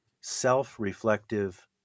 self-reflective